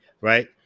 right